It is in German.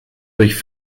durch